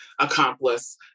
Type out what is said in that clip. accomplice